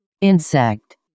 insect